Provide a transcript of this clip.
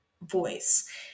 voice